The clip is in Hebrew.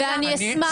אני רופא,